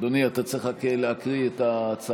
אדוני, אתה צריך רק להקריא את ההצהרה.